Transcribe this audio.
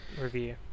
review